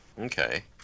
Okay